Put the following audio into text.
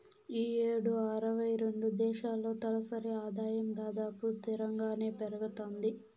ఈ యేడు అరవై రెండు దేశాల్లో తలసరి ఆదాయం దాదాపు స్తిరంగానే పెరగతాంది